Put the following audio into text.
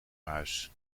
muis